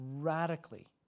radically